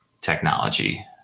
technology